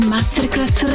Masterclass